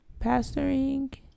pastoring